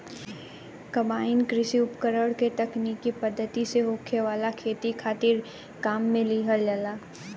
combine कृषि उपकरण के तकनीकी पद्धति से होखे वाला खेती खातिर काम में लिहल जाला